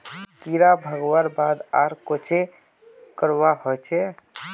कीड़ा भगवार बाद आर कोहचे करवा होचए?